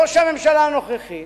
ראש הממשלה הנוכחי,